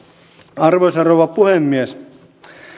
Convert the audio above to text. arvoisa rouva puhemies